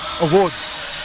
awards